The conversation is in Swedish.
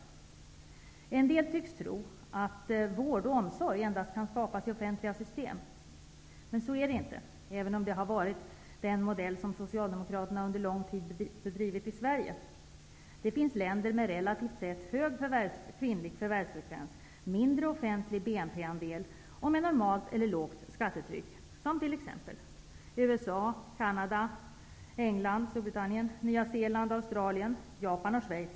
En del människor tycks tro att vård och omsorg endast kan skapas i offentliga system, men så är det inte även om det har varit den modell som Socialdemokraterna under lång tid bedrivit i Sverige. Det finns länder med relativt sett hög kvinnlig förvärvsfrekvens, med mindre offentlig BNP-andel och med normalt eller lågt skattetryck, som USA, Canada, Storbritannien, Nya Zeeland, Australien, Japan och Schweiz.